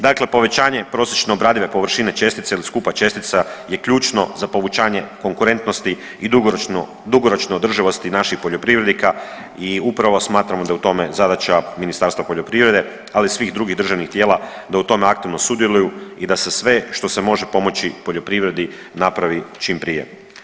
Dakle, povećanje prosječno obradive površine čestice ili skupa čestica je ključno za povećanje konkurentnosti i dugoročna održivost naših poljoprivrednika i upravo smatramo da je u tome zadaća Ministarstva poljoprivrede, ali i svih drugih državnih tijela da u tome aktivno sudjeluju i da se sve što se može pomoći poljoprivredi napravi čim prije.